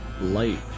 light